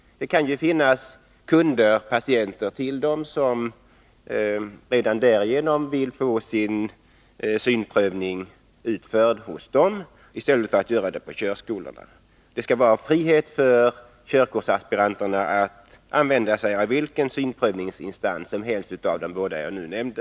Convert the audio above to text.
De kan ha patienter som vill få sin synprövning utförd hos dem i stället för på körskolorna. Det skall vara frihet för körkortsaspiranterna att använda sig av vilken synprövningsinstans som helst av de båda jag nämnde.